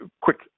quick